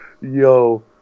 Yo